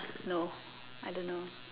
no I don't know